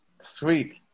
Sweet